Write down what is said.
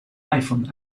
iphone